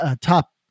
top